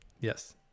Yes